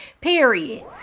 Period